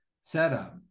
setup